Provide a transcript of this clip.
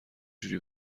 جوری